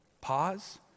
pause